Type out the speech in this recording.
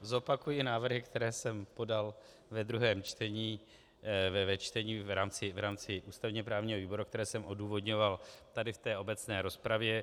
Zopakuji návrhy, které jsem podal ve druhém čtení, ve čtení v rámci ústavněprávního výboru, které jsem odůvodňoval tady v té obecné rozpravě.